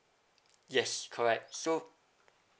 yes correct so